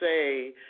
say